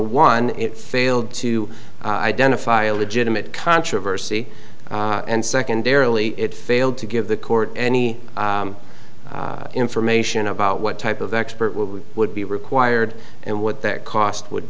one it failed to identify a legitimate controversy and secondarily it failed to give the court any information about what type of expert will be would be required and what that cost would